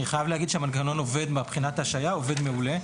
אני חייב להגיד שהמנגנון מבחינת ההשעיה עובד מעולה.